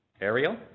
Ariel